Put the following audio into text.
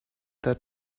that